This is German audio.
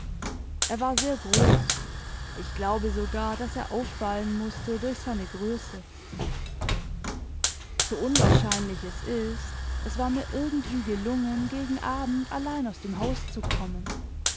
er war sehr groß ich glaube sogar daß er auffallen mußte durch seine größe so unwahrscheinlich es ist es war mir irgendwie gelungen gegen abend allein aus dem haus zu kommen